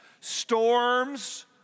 storms